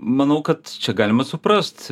manau kad čia galima suprast